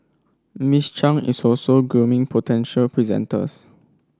Miss Chang is also grooming potential presenters